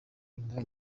inda